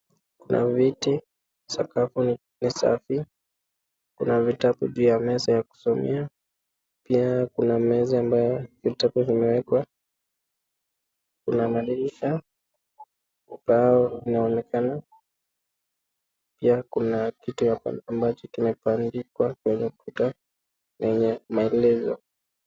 Kuna viti, sakafu ni safi, kuna vitabu juu ya meza ya kusomea, pia kuna meza ambayo vitabu vimewekwa, kuna madirisha ambao unaonekana, pia kuna kitu apa ambacho kimebandikwa kwenye ukuta yenye maelezo.